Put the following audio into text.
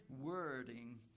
wording